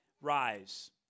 Rise